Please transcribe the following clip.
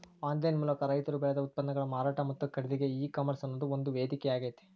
online ಮೂಲಕ ರೈತರು ಬೆಳದ ಉತ್ಪನ್ನಗಳ ಮಾರಾಟ ಮತ್ತ ಖರೇದಿಗೆ ಈ ಕಾಮರ್ಸ್ ಅನ್ನೋದು ಒಂದು ವೇದಿಕೆಯಾಗೇತಿ